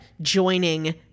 joining